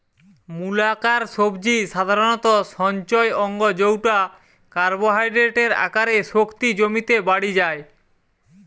মূলাকার সবজি সাধারণত সঞ্চয় অঙ্গ জউটা কার্বোহাইড্রেটের আকারে শক্তি জমিতে বাড়ি যায়